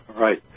Right